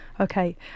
Okay